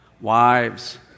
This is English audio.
Wives